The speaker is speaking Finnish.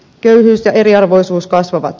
köyhyys ja eriarvoisuus kasvavat